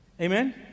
Amen